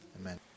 Amen